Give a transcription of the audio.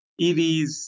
EVs